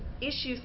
issues